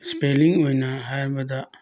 spelling ꯑꯣꯏꯅ ꯍꯥꯏꯔꯕꯗ